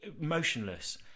motionless